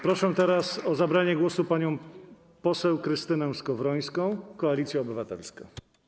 Proszę o zabranie głosu panią poseł Krystynę Skowrońską, Koalicja Obywatelska.